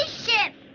ship.